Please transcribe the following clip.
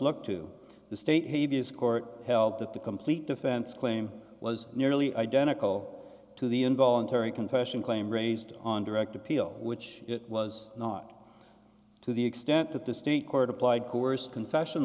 look to the state he views court held that the complete defense claim was nearly identical to the involuntary confession claim raised on direct appeal which it was not to the extent that the state court applied coerced confession